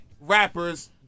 rappers